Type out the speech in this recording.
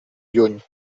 lluny